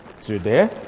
today